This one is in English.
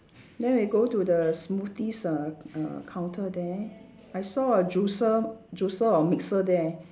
then we go to the smoothies err err counter there I saw a juicer juicer or mixer there